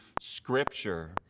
scripture